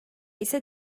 ise